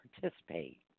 participate